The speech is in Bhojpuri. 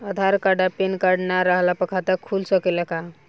आधार कार्ड आ पेन कार्ड ना रहला पर खाता खुल सकेला का?